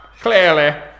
Clearly